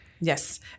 Yes